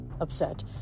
upset